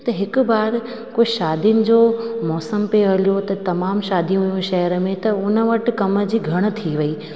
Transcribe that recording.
त हिकु बार को शादियुनि जो मौसम पियो हलियो हुओ त तमामु शादियूं हुयूं शहर में त उन वटि कम जी घण थी वई